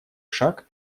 шаг